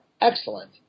excellent